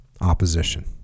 opposition